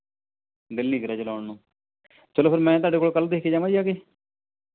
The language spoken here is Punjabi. ਦਿਲ ਨਹੀਂ ਕਰਿਆ ਚਲਾਉਣ ਨੂੰ ਚਲੋ ਫਿਰ ਮੈਂ ਤੁਹਾਡੇ ਕੋਲ ਕੱਲ੍ਹ ਨੂੰ ਦੇਖ ਕੇ ਜਾਵਾਂ ਜੀ ਆ ਕੇ